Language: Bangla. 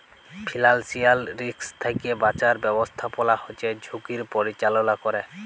ফিল্যালসিয়াল রিস্ক থ্যাইকে বাঁচার ব্যবস্থাপলা হছে ঝুঁকির পরিচাললা ক্যরে